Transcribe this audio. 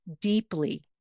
deeply